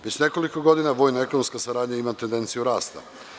Već nekoliko godina vojno-ekonomska saradnja ima tendenciju rasta.